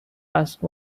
asked